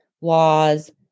laws